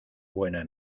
buena